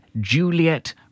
Juliet